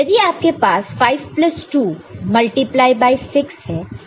यदि आपके पास 5 प्लस 2 मल्टीप्लाई बाय 6 है